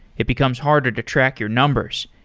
it becomes harder to track your numbers.